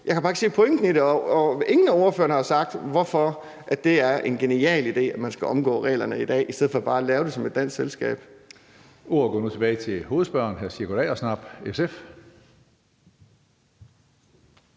jeg kan bare ikke se pointen i det. Og ingen af ordførerne har sagt, hvorfor det er en genial idé, at man skal omgå reglerne i dag i stedet for bare at lave det som et dansk selskab. Kl. 14:42 Tredje næstformand (Karsten Hønge): Ordet går nu